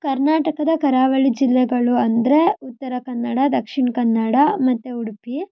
ಕರ್ನಾಟಕದ ಕರಾವಳಿ ಜಿಲ್ಲೆಗಳು ಅಂದರೆ ಉತ್ತರ ಕನ್ನಡ ದಕ್ಷಿಣ ಕನ್ನಡ ಮತ್ತು ಉಡುಪಿ